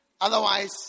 Otherwise